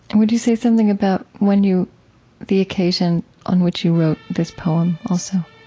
and would you say something about when you the occasion on which you wrote this poem also?